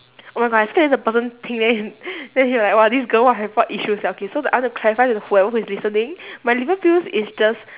oh my god I scared later the person think then then he like !wah! this girl what have what issues sia okay so I want to clarify to whoever is listening my liver pills is just